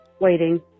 waiting